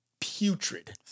putrid